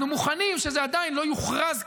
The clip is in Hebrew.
אנחנו מוכנים שזה עדיין לא יוכרז כרווח,